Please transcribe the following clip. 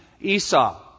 Esau